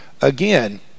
Again